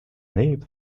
named